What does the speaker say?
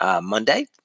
Monday